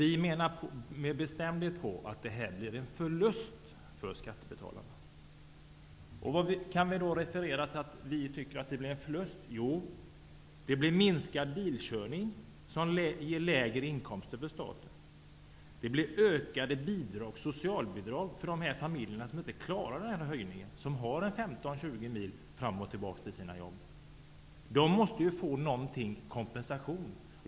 Vi menar med bestämdhet att detta i stället blir en förlust för skattebetalarna. Till vad kan vi referera att det skulle blir en förlust? Jo, det blir minskad bilkörning, som ger lägre inkomster för staten. Det blir ökade socialbidrag för de familjer som inte klarar denna höjning och som har 15-20 mil att åka till sina jobb. De måste ju få någon kompensation.